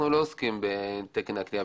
אנחנו לא עוסקים בתקן הכליאה.